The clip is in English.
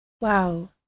Wow